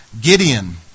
gideon